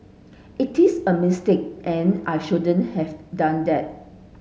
it is a mistake and I shouldn't have done that